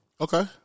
Okay